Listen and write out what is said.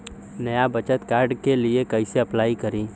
नया बचत कार्ड के लिए कइसे अपलाई करी?